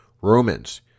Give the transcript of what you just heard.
Romans